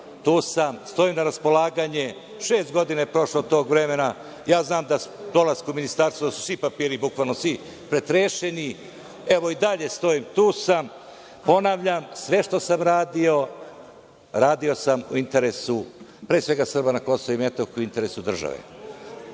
tu sam, stojim na raspolaganju. Šest godina je prošlo od tog vremena, ja znam da dolaskom u ministarstvo su svi papiri, bukvalno svi pretrešeni. Evo, i dalje stojim, tu sam, ponavljam, sve što sam radio radio sam u interesu, pre svega, Srba na Kosovu i Metohiji i u interesu države.